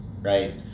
right